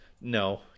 No